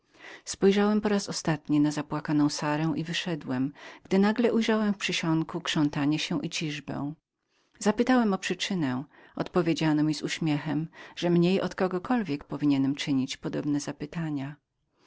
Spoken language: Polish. spojrzałem raz ostatni na zapłakaną sarę i wyszedłem gdy nagle ujrzałem w przysionku krzątanie się i ciżbę zapytałem o przyczynę odpowiedziano mi z uśmiechem że ja mniej od kogokolwiek powinienem był czynić podobne zapytania